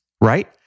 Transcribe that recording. right